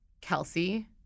Kelsey